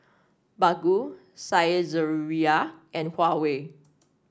Baggu Saizeriya and Huawei